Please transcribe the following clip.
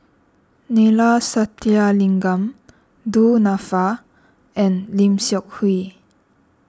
Neila Sathyalingam Du Nanfa and Lim Seok Hui